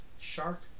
Shark